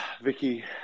Vicky